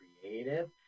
creative